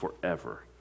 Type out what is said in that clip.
forever